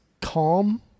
calm